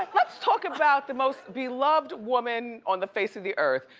like let's talk about the most beloved woman on the face of the earth.